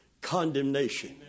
condemnation